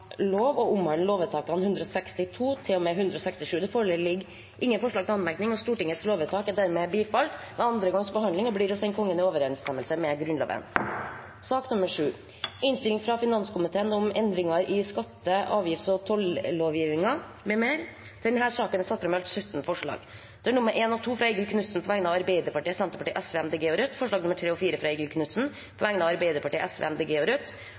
lovvedtakene 162 til og med 167. Det foreligger ingen forslag til anmerkning. Stortingets lovvedtak er dermed bifalt ved andre gangs behandling og blir å sende Kongen i overensstemmelse med Grunnloven. Under debatten er det satt fram i alt 17 forslag. Det er forslagene nr. 1 og 2, fra Eigil Knutsen på vegne av Arbeiderpartiet, Senterpartiet, Sosialistisk Venstreparti, Miljøpartiet De Grønne og Rødt forslagene nr. 3 og 4, fra Eigil Knutsen på vegne av Arbeiderpartiet, Sosialistisk Venstreparti, Miljøpartiet De Grønne og Rødt forslag nr. 5, fra Vetle Wang Soleim på vegne av Høyre, Venstre og